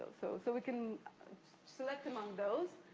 so so, we can select among those.